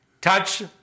touch